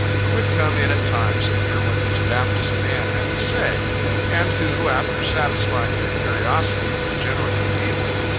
who would come in at times to hear what this baptist man had to say and who, after satisfying their curiosity, would generally leave me.